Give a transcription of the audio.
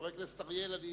חבר הכנסת אריאל,